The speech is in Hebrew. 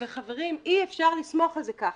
וחברים, אי אפשר לסמוך על זה ככה.